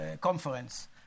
Conference